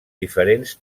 diferents